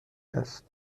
است